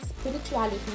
spirituality